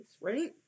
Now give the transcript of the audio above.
right